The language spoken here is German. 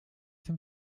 dem